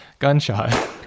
gunshot